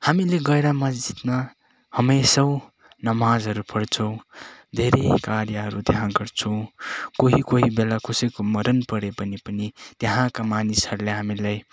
हामीले गएर मस्जिदमा हमेसौ नमाजहरू पढ्छौँ धेरै कार्यहरू त्यहाँ गर्छौँ कोहि कोहि बेला कोसैको मरण पर्यो भने पनि त्यहाँका मानिसहरले हामीलाई